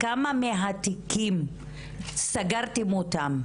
כמה מהתיקים סגרתם אותם